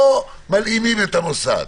לא מלאימים את המוסד.